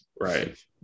Right